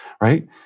right